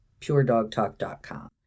puredogtalk.com